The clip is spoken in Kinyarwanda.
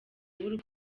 w’u